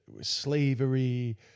slavery